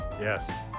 Yes